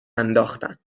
انداختن